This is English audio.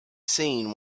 seen